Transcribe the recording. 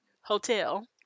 hotel